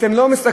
אתם לא מסתכלים?